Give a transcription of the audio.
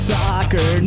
soccer